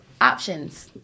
options